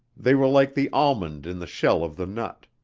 they were like the almond in the shell of the nut,